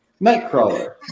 Nightcrawler